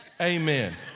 Amen